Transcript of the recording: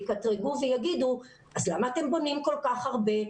יקטרגו ויגידו: אז למה אתם בונים כל כך הרבה?